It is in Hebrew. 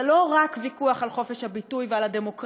זה לא רק ויכוח על חופש הביטוי ועל הדמוקרטיה